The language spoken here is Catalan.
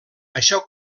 això